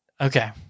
Okay